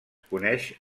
coneix